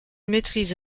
maîtrise